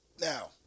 Now